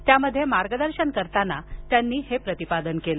त्यामध्ये मार्गदर्शन करताना त्यांनी हे प्रतिपादन केलं